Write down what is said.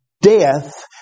death